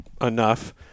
enough